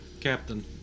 Captain